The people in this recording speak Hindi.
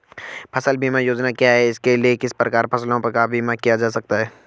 फ़सल बीमा योजना क्या है इसके लिए किस प्रकार फसलों का बीमा किया जाता है?